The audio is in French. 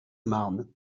marne